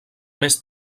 més